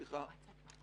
סליחה.